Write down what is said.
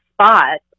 spot